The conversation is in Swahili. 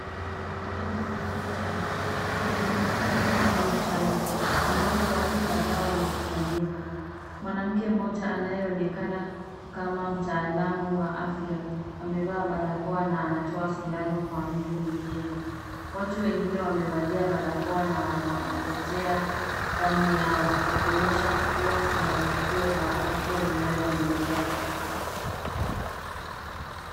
Hili ni kituo cha huduma za afya au chanjo, ambapo watu kadhaa wamekusanyika. Mwanamke mmoja anayeonekana kama mtaalamu wa afya, amevaa barakoa na anatoa sindano kwa mtu mwingine. Watu wengine wamevalia barakoa na wanangojea zamu yao, wakionyesha kuwa kuna tukio la afya linaloendelea.